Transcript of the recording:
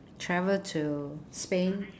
travel to spain